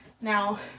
now